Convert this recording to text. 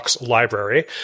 library